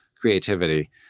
creativity